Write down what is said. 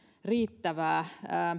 riittävää